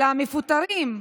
על המפוטרים,